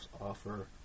offer